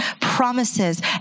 promises